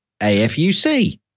AFUC